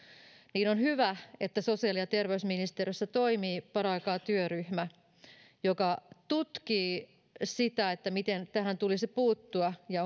niin on hyvä että sosiaali ja terveysministeriössä toimii paraikaa työryhmä joka tutkii sitä miten tähän tulisi puuttua ja